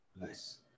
nice